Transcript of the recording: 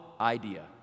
idea